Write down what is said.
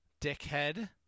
Dickhead